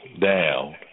down